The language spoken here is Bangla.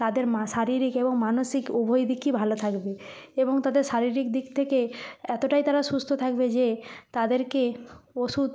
তাদের শারীরিক এবং মানসিক উভয় দিকই ভালো থাকবে এবং তাদের শারীরিক দিক থেকে এতটাই তারা সুস্থ থাকবে যে তাদেরকে ওষুধ